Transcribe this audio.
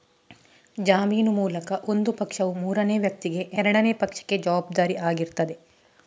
ಜಾಮೀನು ಮೂಲಕ ಒಂದು ಪಕ್ಷವು ಮೂರನೇ ವ್ಯಕ್ತಿಗೆ ಎರಡನೇ ಪಕ್ಷಕ್ಕೆ ಜವಾಬ್ದಾರಿ ಆಗಿರ್ತದೆ